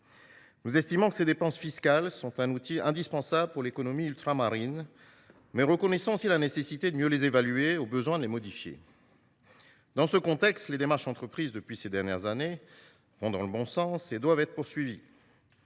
Nous estimons que ces dépenses fiscales sont un outil indispensable pour l’économie ultramarine, tout en reconnaissant qu’il est nécessaire de mieux les évaluer et, au besoin, de les modifier. Dans ce contexte, les démarches entreprises ces dernières années vont dans le bon sens et doivent être poursuivies.